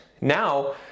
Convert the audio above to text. now